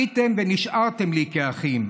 הייתם ונשארתם לי כאחים.